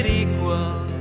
equal